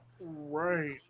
Right